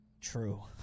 True